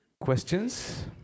Questions